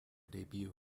debut